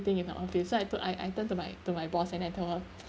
in the office so I told I I turned to my to my boss and then tell her